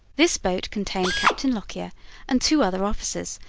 this boat contained captain lockyer and two other officers,